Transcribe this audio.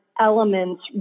elements